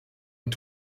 und